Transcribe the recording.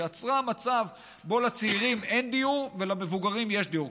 שיצרה מצב שבו לצעירים אין דיור ולמבוגרים יש דיור,